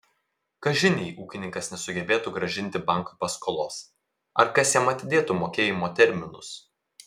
kažin jei ūkininkas nesugebėtų grąžinti bankui paskolos ar kas jam atidėtų mokėjimo terminus